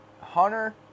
Hunter